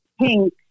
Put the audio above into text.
pink